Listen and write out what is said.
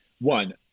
one